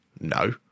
No